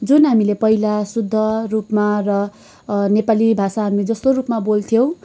जुन हामीले पहिला शुद्ध रूपमा र नेपाली भाषा हामी जस्तो रूपमा बोल्थ्यौँ